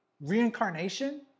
reincarnation